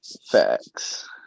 facts